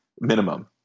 minimum